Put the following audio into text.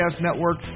network